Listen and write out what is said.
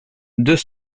deux